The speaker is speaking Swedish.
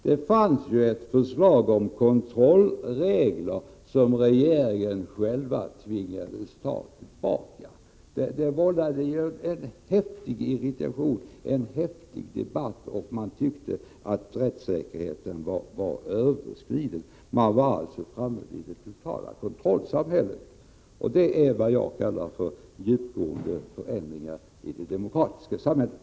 Det fanns ett förslag om kontrollregler som regeringen själv tvingades ta tillbaka. Det vållade en häftig irritation och debatt, eftersom man tyckte att rättssäkerheten överskreds och att vi var framme i det totala kontrollsamhället. Det är vad jag kallar för djupgående förändringar i det demokratiska samhället.